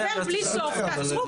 ביניים.